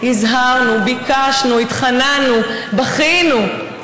הזהרנו, ביקשנו, התחננו, בכינו.